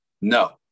No